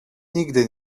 nigdy